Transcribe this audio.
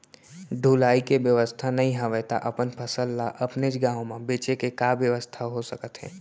ढुलाई के बेवस्था नई हवय ता अपन फसल ला अपनेच गांव मा बेचे के का बेवस्था हो सकत हे?